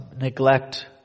neglect